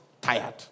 tired